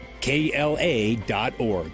KLA.org